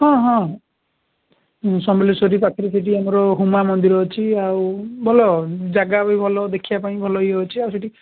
ହଁ ହଁ ଉଁ ସମଲେଶ୍ୱରୀ ପାଖରେ ସେଠି ଆମର ହୁମା ମନ୍ଦିର ଅଛି ଆଉ ଭଲ ଜାଗା ବି ଭଲ ଦେଖିବା ପାଇଁ ଭଲ ଇଏ ଅଛି ଆଉ ସେଠି